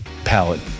Palette